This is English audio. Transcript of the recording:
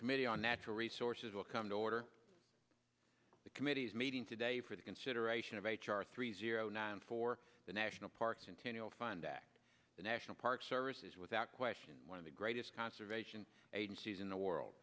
committee are now her resources will come to order the committee is meeting today for the consideration of h r three zero nine for the national parks and ten year old fund act the national park service is without question one of the greatest conservation agencies in the world